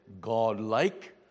godlike